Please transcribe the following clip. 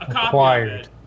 acquired